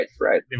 right